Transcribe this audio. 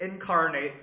incarnate